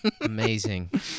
Amazing